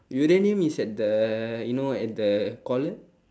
uranium is at the you know at the collar